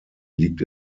liegt